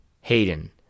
Hayden